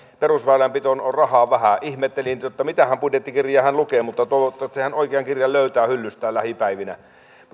perusväylänpitoon on rahaa vähän ihmettelin että mitähän budjettikirjaa hän lukee mutta toivottavasti hän löytää oikean kirjan hyllystään lähipäivinä